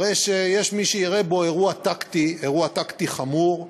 הרי שיש מי שיראה בו אירוע טקטי, אירוע טקטי חמור,